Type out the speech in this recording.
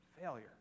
failure